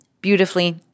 beautifully